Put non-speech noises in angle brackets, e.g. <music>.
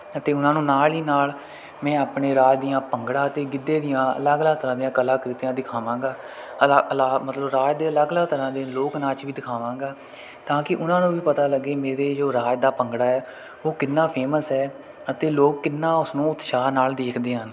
ਅਤੇ ਉਹਨਾਂ ਨੂੰ ਨਾਲ ਹੀ ਨਾਲ ਮੈਂ ਆਪਣੇ ਰਾਜ ਦੀਆਂ ਭੰਗੜਾ ਅਤੇ ਗਿੱਧੇ ਦੀਆਂ ਅਲੱਗ ਅਲੱਗ ਤਰ੍ਹਾਂ ਦੀਆਂ ਕਲਾਕ੍ਰਿਤੀਆਂ ਦਿਖਾਵਾਂਗਾ <unintelligible> ਮਤਲਬ ਰਾਜ ਦੇ ਅਲੱਗ ਅਲੱਗ ਤਰ੍ਹਾਂ ਦੇ ਲੋਕ ਨਾਚ ਵੀ ਦਿਖਾਵਾਂਗਾ ਤਾਂ ਕਿ ਉਹਨਾਂ ਨੂੰ ਵੀ ਪਤਾ ਲੱਗੇ ਮੇਰੇ ਜੋ ਰਾਜ ਦਾ ਭੰਗੜਾ ਹੈ ਉਹ ਕਿੰਨਾ ਫੇਮਸ ਹੈ ਅਤੇ ਲੋਕ ਕਿੰਨਾ ਉਸਨੂੰ ਉਤਸ਼ਾਹ ਨਾਲ ਦੇਖਦੇ ਹਨ